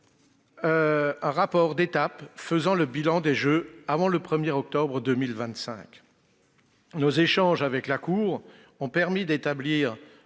un rapport d'étape dressant un bilan des Jeux avant le 1 octobre 2025. Nos échanges avec la Cour ont permis d'établir